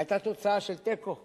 היתה תוצאה של תיקו כאן,